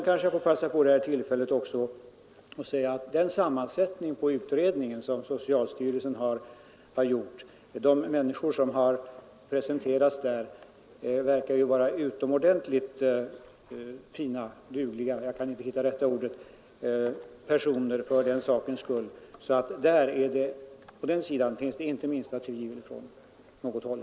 Kanske jag får passa på tillfället att säga angående den sammansättning som socialstyrelsen har givit utredningen, att de ledamöter som där har presenterats verkar vara utomordentligt fina och dugliga människor. Om den saken finns det inte minsta tvivel från något håll.